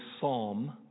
psalm